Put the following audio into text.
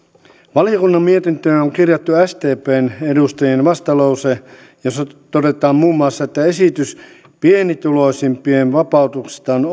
valiokunnan mietintöön on kirjattu sdpn edustajien vastalause jossa todetaan muun muassa että esitys pienituloisimpien vapautuksesta on